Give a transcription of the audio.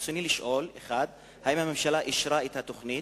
רצוני לשאול: 1. האם אישרה הממשלה את התוכנית?